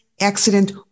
accident